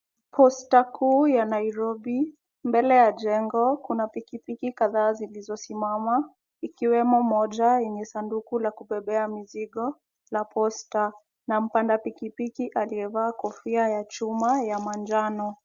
Posta kuu ya Nairobi. Mbele ya jengo kuna pikipiki kadhaa zilizosimama, ikiwemo moja yenye sanduku la kubebea mizigo la posta na mpanda pikipiki aliyevaa kofia ya chuma ya manjano.